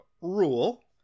rule